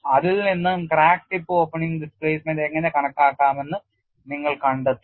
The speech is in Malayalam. അതിൽ നിന്ന് ക്രാക്ക് ടിപ്പ് ഓപ്പണിംഗ് ഡിസ്പ്ലേസ്മെന്റ് എങ്ങനെ കണക്കാക്കാമെന്ന് നിങ്ങൾ കണ്ടെത്തും